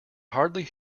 hardly